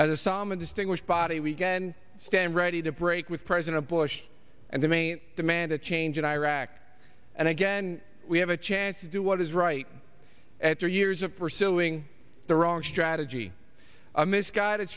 at the somme a distinguished body we can stand ready to break with president bush and the main demand a change in iraq and again we have a chance to do what is right after years of pursuing the wrong strategy a misguided